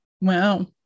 Wow